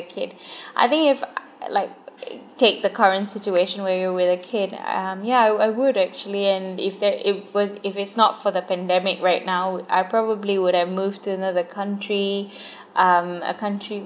kid I think if I like take the current situation where you’re with a kid um yeah I I would actually and if there if was if it's not for the pandemic right now I'd probably would have moved to another country um a country